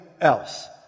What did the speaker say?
else